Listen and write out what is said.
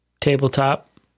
tabletop